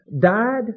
died